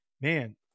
man